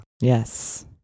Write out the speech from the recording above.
Yes